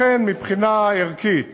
לכן, מבחינה ערכית